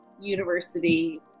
university